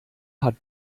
hat